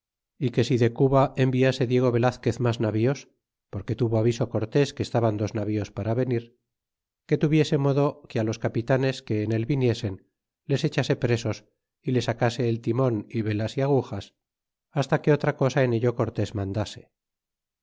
y que si de cuba enviase diego velazquez mas navíos porque tuvo aviso cortés que estaban dos navíos para venir que tuviese modo que los capitanes que en él viniesen les echase presos y le sacase el titnon é velas y agujas hasta que otra cosa en ello cortés mandase